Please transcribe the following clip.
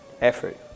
effort